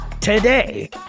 today